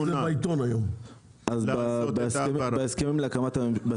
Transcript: בנושא הזה אנחנו נעזור לכם.